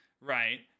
right